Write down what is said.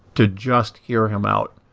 to just hear him out,